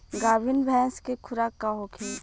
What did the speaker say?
गाभिन भैंस के खुराक का होखे?